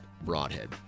broadhead